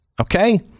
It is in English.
Okay